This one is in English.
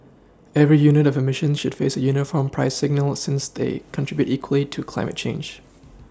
every unit of eMissions should face a uniform price signal since they contribute equally to climate change